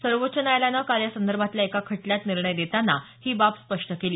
सर्वोच्च न्यायालयानं काल यासंदर्भातल्या एका खटल्यात निर्णय देताना ही बाब स्पष्ट केली